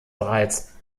bereits